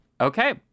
Okay